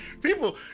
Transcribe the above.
People